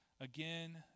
Again